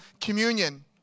communion